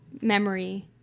memory